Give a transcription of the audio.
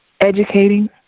educating